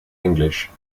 english